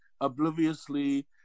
obliviously